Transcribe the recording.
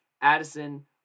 Addison